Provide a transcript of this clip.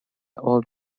old